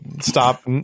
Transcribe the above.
stop